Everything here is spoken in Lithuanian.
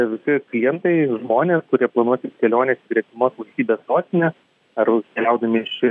visi klientai žmonės kurie planuosis keliones į gretimos valstybės sostinę ar keliaudami iš